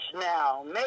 now